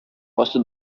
ваша